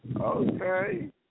Okay